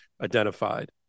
identified